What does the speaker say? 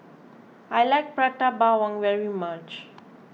I like Prata Bawang very much